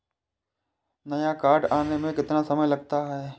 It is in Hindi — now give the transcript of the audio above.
नया कार्ड आने में कितना समय लगता है?